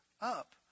up